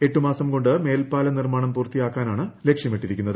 എട്ടു മാസം കൊണ്ട് മേൽപ്പാല നിർമാണം പൂർത്തിയാക്കാനാണ് ലക്ഷ്യമിട്ടിരിക്കുന്നത്